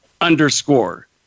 underscore